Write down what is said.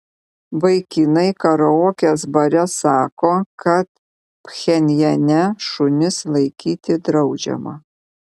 vaikinai karaokės bare sako kad pchenjane šunis laikyti draudžiama